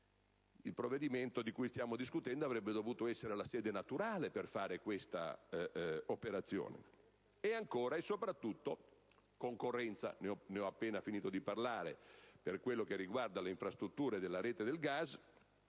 (il provvedimento di cui stiamo discutendo avrebbe dovuto essere la sede naturale per fare tale operazione). E ancora, e soprattutto, concorrenza. Ho appena finito di parlare di concorrenza per quanto riguarda le infrastrutture della rete del gas,